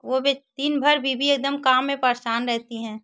वह भी दिन भर बीवी एक दम काम में परेशान रहती है